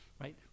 right